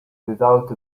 without